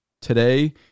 Today